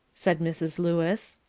said mrs. lewis.